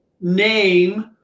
name